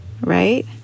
right